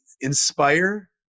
inspire